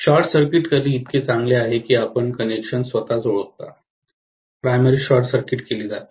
short circuit करणे इतके चांगले आहे की आपण कनेक्शन स्वतःच ओळखता प्राथमिक शॉर्ट सर्किट केले जाते